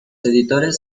editores